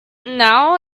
now